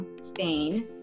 Spain